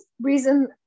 reason